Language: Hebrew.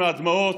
ומהדמעות,